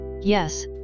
Yes